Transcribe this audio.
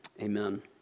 Amen